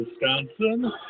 Wisconsin